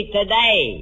today